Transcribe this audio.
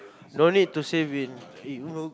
no need to save it it will